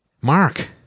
Mark